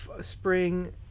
spring